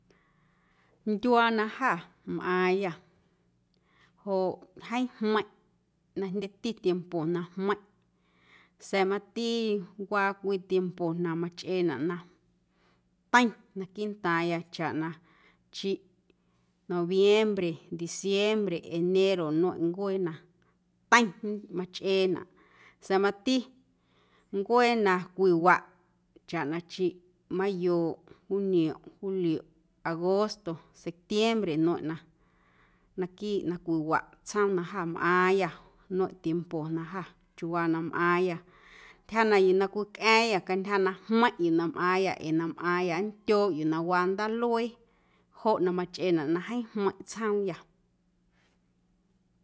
Ndyuaa na jâ mꞌaaⁿyâ joꞌ jeeⁿ jmeiⁿꞌ na jndyeti tiempo na jmeiⁿꞌ sa̱a̱ mati waa cwii tiempo na machꞌeenaꞌ na teiⁿ naquiiꞌ ntaaⁿya chaꞌ na chiꞌ noviembre, diciembre, enero nmeiⁿꞌ ncuee na teiⁿ machꞌeenaꞌ sa̱a̱ mati ncuee na cwiwaꞌ chaꞌ na chiꞌ mayoꞌ, juniomꞌ, julioꞌ, agosto, septiembre nmeiⁿꞌ na naquiiꞌ na cwiwaꞌ tsjoom na jâ mꞌaaⁿyâ nmeiⁿꞌ tiempo na jâ chiuuwaa na mꞌaaⁿyâ ntyja na yuu na cwicꞌa̱a̱ⁿyâ cantyja na jmeiⁿꞌ yuu na mꞌaaⁿyâ ee na mꞌaaⁿyâ ndyooꞌ yuu na waa ndaaluee joꞌ na machꞌeenaꞌ na jeeⁿ jmeiⁿꞌ tsjoomyâ.